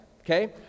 okay